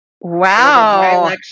Wow